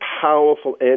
powerful